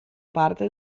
parte